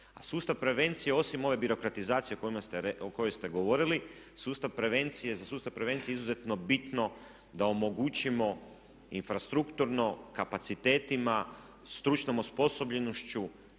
A sustav prevencije osim ove birokratizacije o kojoj ste govorili za sustav prevencije je izuzetno bitno da omogućimo infrastrukturno kapacitetima, stručnom osposobljenošću